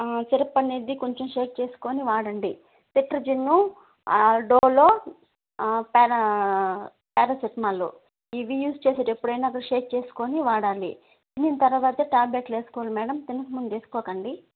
syrup అనేది కొంచెం shake చేసుకొని వాడండి సెటైరిజిన్ డోలో పారాసిటమాల్ ఇవి యూజ్ చేసేది ఎప్పుడైనా సరే షేక్ చేసుకొని వాడాలి దీని తర్వాత ట్యాబ్లెట్లు వేసుకోవాలి మేడమ్ తినక ముందు వేసుకోకండి